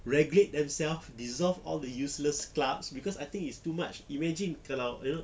regulate themselves dissolve all the useless clubs cause I think it's too much imagine kalau you know